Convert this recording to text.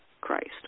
Christ